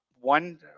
one